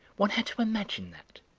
one had to imagine that,